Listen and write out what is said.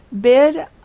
Bid